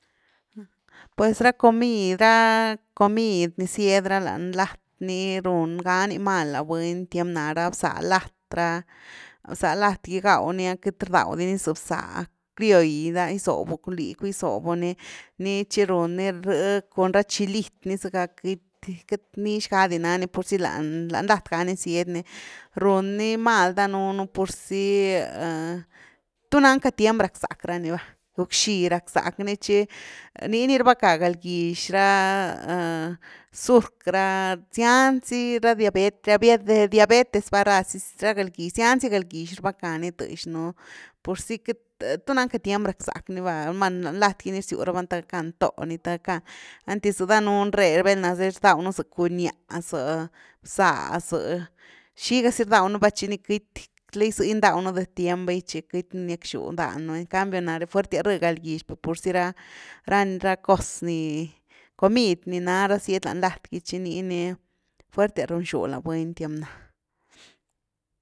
Pues ra comid, ra comid ni zyed ra lany lat, ni run gá ni mal la buny tiem na, ra bzá lat, ra bzá lat’gy gaw ni ah queity rdaw dini za bzá crioll, lani gizobu, liicu gizobu ni, txi run ni rh cun ra chilitni zëga queity- queity nix ga di nani purzy lan lat ga ni zyed ni, run ni mal daunuupurzy, tunan cka tiem rackzack ra ni va. guck xi rackzack ni tchi nii ni rbecka galgix, ra zurc, razyan zy ra diabet- diabetes va razy ra galgix, zianzygalgix rbeca ni tëxnupursy queity, tu nan cka tiem raczack ni va, numa lan lat gy ni rzyw raban the gackan tóh ni the gackan, anty za danuun re, velna zy rdaw núza cuñáh za, zabzá za, xiga zi rdaw nú va tchi ni queity, lei z’ndawnu dë’ tiem baichiqueity nú niackxu dan nú, en cambionare fuertias rh galgix per purzy ra- ra cos ni, comid ni na ra sied lan lat gy tchi nii nifuertias run xú la buny tiem ná.